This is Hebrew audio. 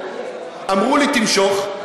אמרו לי תמשוך,